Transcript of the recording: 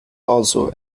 also